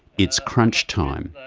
it's crunch time.